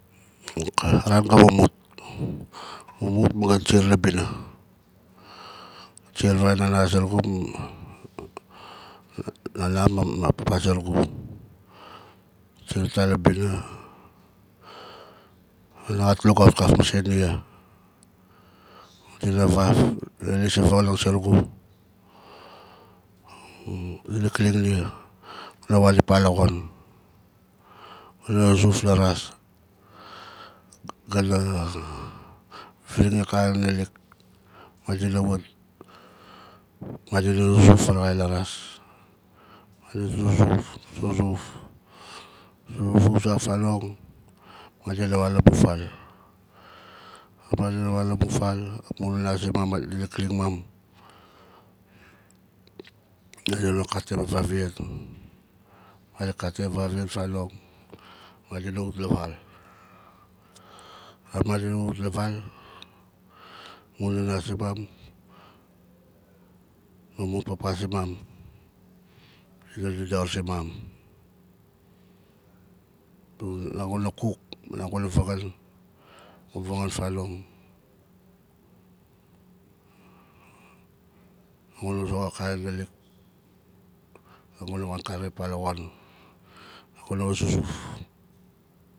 Ka ran ga mumut mumut ma ga siar la bina siar varaxaain nana zurugu ma- ma- nana ma papa zurugu siar ata la bina nana ka lugaut kaf mase nia dina vaf dina lis a vanganing surugu dina klin nia gu na wan ipa laxon guna zuf la ras gana viringin akana nalik madina wat madina zuzuf faraxain la ras madina zuzuf zuzuf zuzuf uza fanong madina wan la mun fal madina wan la mun fal amun nana zimam ma dina klin mam a zonon dina katim a vavian madina katim a vavian fanong madina wat la val a ma dina wat la val amun nana zimam ma mun papa zimam dina dodor zimam naguna kuk naguna vangan vangan fanong naguna zoxot akana nalik naguna wan karik pa la xon naguna wa zuzuf